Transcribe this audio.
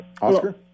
Oscar